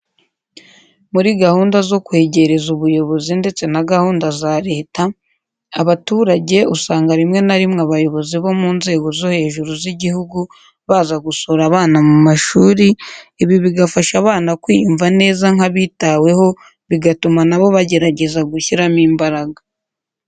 Muri gahunda zo kwegereza ubuyobozi ndetse na gahunda za leta abaturage usanga rimwe na rimwe abayobozi bo mu nzego zo hejuru z'igihugu baza gusura abana mu mashuri, ibi bigafasha abana kwiyumva neza nk'abitaweho bitaguma na bo bagerageza gushyiramo imbaraga.